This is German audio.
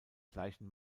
gleichen